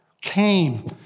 came